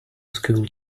school